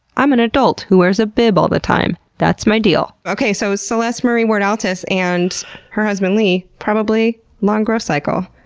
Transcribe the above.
i'm an adult who wears a bib all the time. that's my deal. so, celeste marie ward altus and her husband lee probably long growth cycle.